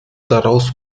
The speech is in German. daraus